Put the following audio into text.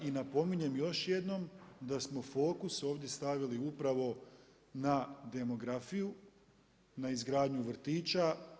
I napominjem još jednom, da smo fokus ovdje stavili upravo na demografiju, na izgradnju vrtića.